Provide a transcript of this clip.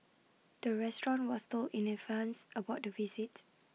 the restaurant was told in advance about the visit